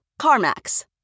CarMax